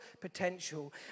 potential